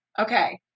Okay